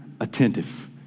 attentive